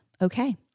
okay